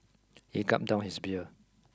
he gulped down his beer